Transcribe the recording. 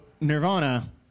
Nirvana